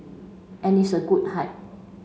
and it's a good height